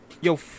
yo